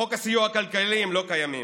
בחוק הסיוע הכלכלי הם לא קיימים.